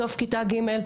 בסוף כיתה ג',